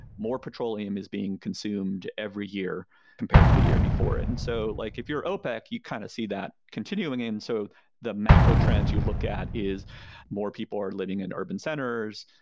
more petroleum is being consumed every year compared to the year before. and so like if you're opec, you kind of see that continuing in. so the macro trends you look at is more people are living in urban centers,